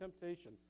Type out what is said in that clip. temptation